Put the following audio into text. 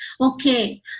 Okay